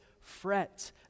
fret